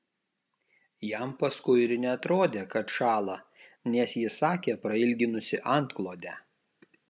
jam paskui ir neatrodė kad šąla nes ji sakė prailginusi antklodę